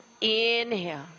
Inhale